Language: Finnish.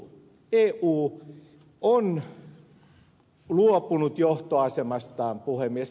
eu on luopunut johtoasemastaan puhemies